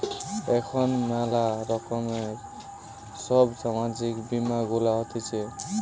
এখন ম্যালা রকমের সব সামাজিক বীমা গুলা হতিছে